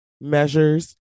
measures